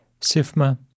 SIFMA